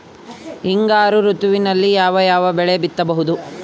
ಹಿಂಗಾರು ಋತುವಿನಲ್ಲಿ ಯಾವ ಯಾವ ಬೆಳೆ ಬಿತ್ತಬಹುದು?